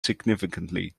significantly